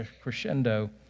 crescendo